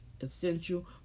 essential